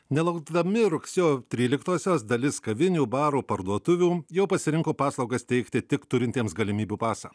nelaukdami rugsėjo tryliktosios dalis kavinių barų parduotuvių jau pasirinko paslaugas teikti tik turintiems galimybių pasą